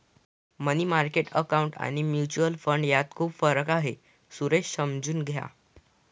मनी market account आणि mutual fund यात खूप फरक आहे, सुरेश समजून घ्या